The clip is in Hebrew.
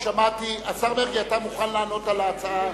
השר מרגי, אתה מוכן לענות על ההצעה?